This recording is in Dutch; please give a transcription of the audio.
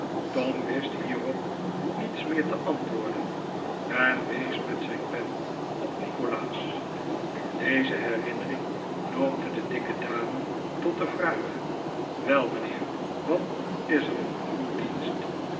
tom wist hierop niets meer te antwoorden en wees met zijn pen op nikolaas deze herinnering noopte de dikke dame tot de vraag wel mijnheer wat is er van uw dienst